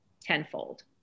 tenfold